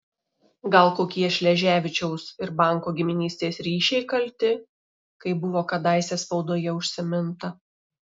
gal kokie šleževičiaus ir banko giminystės ryšiai kalti kaip buvo kadaise spaudoje užsiminta